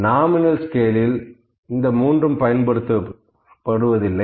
nominal ஸ்கேலில் இந்த மூன்றும் பயன்படுத்தப்படுவதில்லை